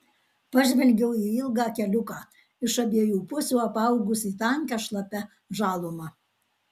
pažvelgiau į ilgą keliuką iš abiejų pusių apaugusį tankia šlapia žaluma